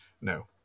No